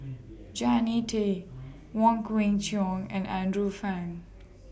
Jannie Tay Wong Kwei Cheong and Andrew Phang